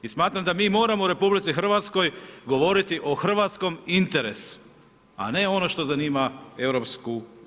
I smatram da mi moramo RH, govoriti o hrvatskom interesu, a ne ono što zanima EU.